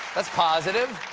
that's positive.